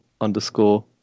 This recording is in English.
underscore